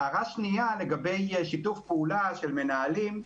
הערה שנייה לגבי שיתוף פעולה של מנהלים.